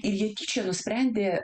ir jie tyčia nusprendė